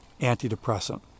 antidepressant